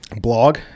blog